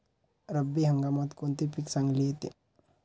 रब्बी हंगामात कोणते पीक चांगले येते?